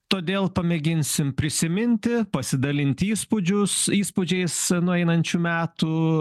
todėl pamėginsim prisiminti pasidalinti įspūdžius įspūdžiais nueinančių metų